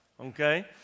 okay